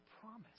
promise